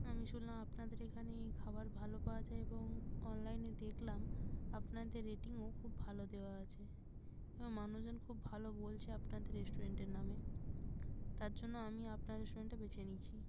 আমি শুনলাম আপনাদের এখানে খাবার ভালো পাওয়া যায় এবং অনলাইনে দেখলাম আপনাদের রেটিংও খুব ভালো দেওয়া আছে মানুষজন খুব ভালো বলছে আপনাদের রেস্টুরেন্টের নামে তার জন্য আমি আপনার রেস্টুরেন্টটা বেছে নিয়েছি